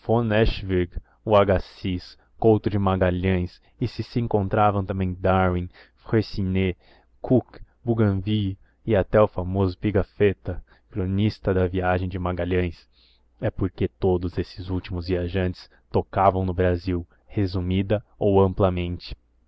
eschwege o agassiz couto de magalhães e se se encontravam também darwin freycinet cook bougainville e até o famoso pigafetta cronista da viagem de magalhães é porque todos esses últimos viajantes tocavam no brasil resumida ou amplamente